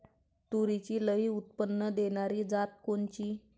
तूरीची लई उत्पन्न देणारी जात कोनची?